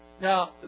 Now